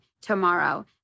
tomorrow